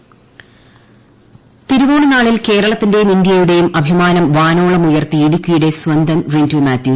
long jump തിരുവോണനാളിൽ കേരളത്തിന്റെയും ഇന്ത്യയുടേയും അഭിമാനം വാനോളം ഉയർത്തി ഇടുക്കിയുടെ സ്വന്തം റിന്റു മാത്യു